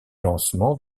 lancement